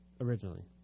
Originally